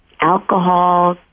alcohol